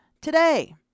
today